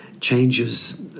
changes